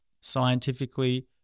scientifically